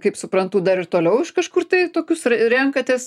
kaip suprantu dar ir toliau iš kažkur tai tokius renkatės